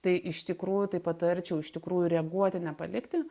tai iš tikrųjų tai patarčiau iš tikrųjų reaguoti nepalikti